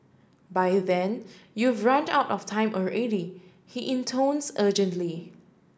by then you've run out of time already he intones urgently